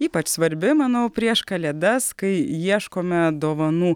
ypač svarbi manau prieš kalėdas kai ieškome dovanų